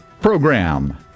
program